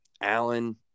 Allen